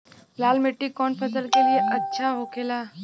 लाल मिट्टी कौन फसल के लिए अच्छा होखे ला?